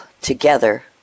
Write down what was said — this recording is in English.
together